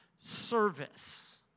service